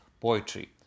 poetry